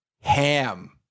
Ham